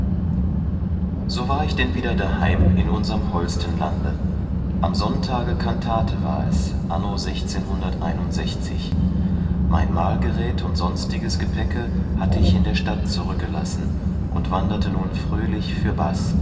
so war ich denn wieder daheim in unserm holstenlande am sonntage cantate war es anno mein malgeräth und sonstiges gepäcke hatte ich in der stadt zurückgelassen und wanderte nun fröhlich fürbaß